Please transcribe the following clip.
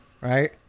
Right